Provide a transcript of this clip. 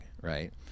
right